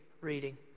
reading